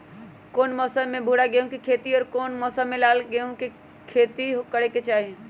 कौन मौसम में भूरा गेहूं के खेती और कौन मौसम मे लाल गेंहू के खेती करे के चाहि?